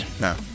No